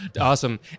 Awesome